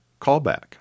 callback